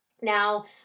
Now